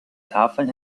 tafeln